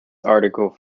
article